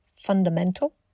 fundamental